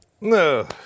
No